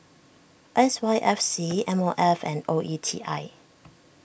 S Y F C M O F and O E T I